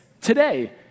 today